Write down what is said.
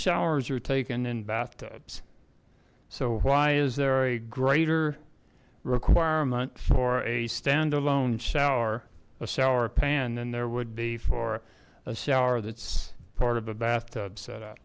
showers are taken in bathtubs so why is there a greater requirement for a standalone shower a sour pan than there would be for a shower that's part of a bathtub setup